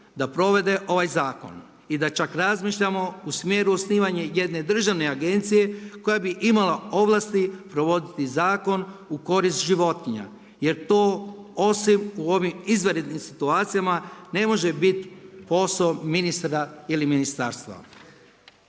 da provedu ovaj zakon i da čak razmišljamo u smjeru osnivanja jedne državne agencije koja bi imala ovlasti provoditi zakon u korist životinja jer to osim u ovim izvanrednim situacijama ne može biti posao ministra ili ministarstva.